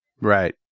Right